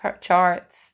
charts